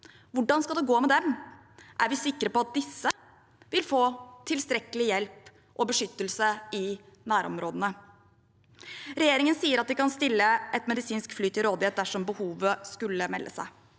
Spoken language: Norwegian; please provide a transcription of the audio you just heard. Hvordan skal det gå med dem? Er vi sikre på at disse vil få tilstrekkelig hjelp og beskyttelse i nærområdene? Regjeringen sier at de kan stille et medisinsk fly til rådighet dersom behovet skulle melde seg.